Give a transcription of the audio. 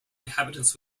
inhabitants